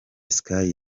sky